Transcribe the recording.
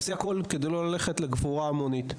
תעשה הכול כדי לא ללכת לקבורה המונית.